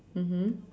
mmhmm